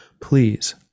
Please